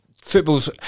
Football's